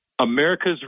America's